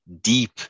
deep